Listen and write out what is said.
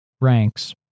ranks